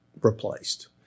replaced